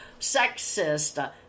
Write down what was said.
sexist